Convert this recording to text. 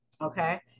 Okay